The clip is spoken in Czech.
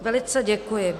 Velice děkuji.